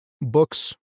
books